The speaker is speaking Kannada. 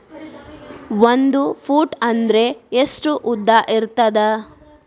ಒಂದು ಫೂಟ್ ಅಂದ್ರೆ ಎಷ್ಟು ಉದ್ದ ಇರುತ್ತದ?